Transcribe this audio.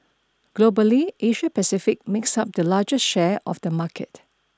Globally Asia Pacific makes up the largest share of the market